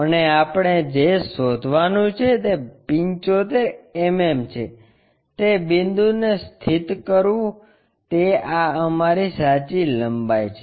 અને આપણે જે શોધવાનું છે તે 75 mm છે તે બિંદુને સ્થિત કરવું તે આ અમારી સાચી લંબાઈ છે